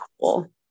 cool